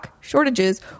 shortages